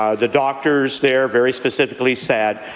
ah the doctors there very specifically said,